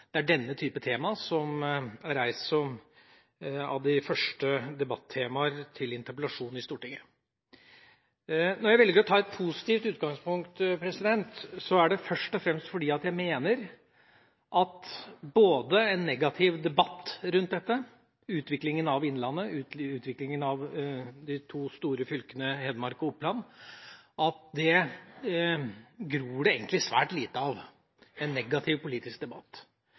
det er denne typen tema som er reist som et av de første debattemaer til interpellasjon i dette Stortinget. Når jeg velger å ta et positivt utgangspunkt, er det først og fremst fordi jeg mener at en negativ debatt rundt dette – utviklingen av Innlandet, utviklingen av de to store fylkene Hedmark og Oppland – gror det egentlig svært lite av. Det er en negativ politisk debatt.